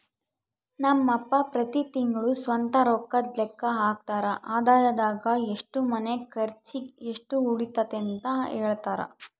ನಮ್ ಅಪ್ಪ ಪ್ರತಿ ತಿಂಗ್ಳು ಸ್ವಂತ ರೊಕ್ಕುದ್ ಲೆಕ್ಕ ಹಾಕ್ತರ, ಆದಾಯದಾಗ ಎಷ್ಟು ಮನೆ ಕರ್ಚಿಗ್, ಎಷ್ಟು ಉಳಿತತೆಂತ ಹೆಳ್ತರ